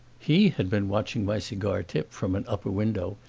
he had been watching my cigar tip from an upper window,